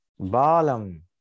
Balam